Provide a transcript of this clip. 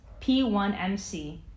P1MC